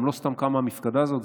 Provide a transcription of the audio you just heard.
גם לא סתם קמה המפקדה הזאת,